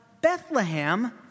Bethlehem